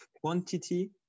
quantity